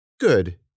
Good